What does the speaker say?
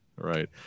Right